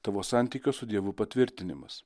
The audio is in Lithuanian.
tavo santykio su dievu patvirtinimas